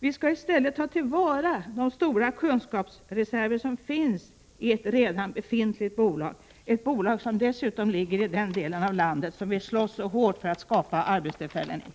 Vi skall istället ta till vara de stora kunskapsreserver som finns i ett redan befintligt bolag, ett bolag som dessutom ligger i den del av landet som vi slåss så hårt för att skapa arbetstillfällen i.